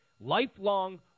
lifelong